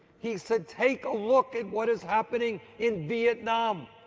he said take a look at what is happening in vietnam.